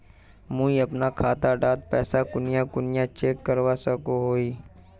मुई अपना खाता डात पैसा कुनियाँ कुनियाँ चेक करवा सकोहो ही?